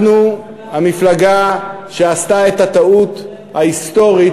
אנחנו המפלגה שעשתה את הטעות ההיסטורית